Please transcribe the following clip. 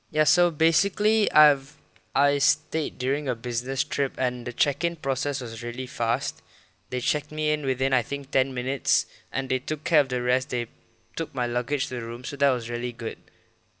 ya so basically I've I stayed during a business trip and the check-in process was really fast they check me in within I think ten minutes and they took care of the rest they took my luggage to the room so that was really good